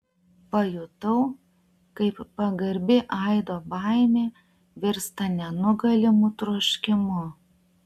pajutau kaip pagarbi aido baimė virsta nenugalimu troškimu